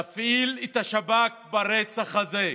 תפעיל את השב"כ ברצח הזה.